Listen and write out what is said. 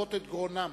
וגרונם.